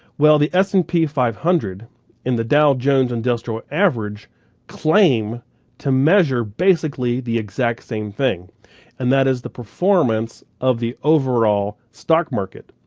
well, the s and p five hundred and the dow jones industrial average claim to measure basically the exact same thing and that is the performance of the overall stock market.